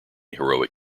heroic